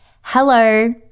hello